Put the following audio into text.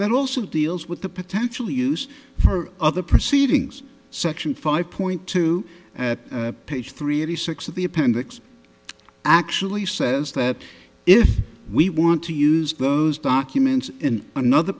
that also deals with the potentially used for other proceedings section five point two page three eighty six of the appendix actually says that if we want to use those documents in another